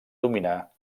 dominar